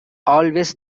always